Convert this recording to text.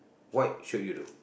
what should you do